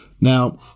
Now